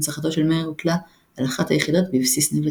הנצחתו של מאיר הוטלה על אחת היחידות בבסיס נבטים.